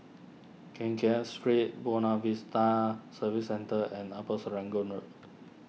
Keng Kiat Street Buona Vista Service Centre and Upper Serangoon Road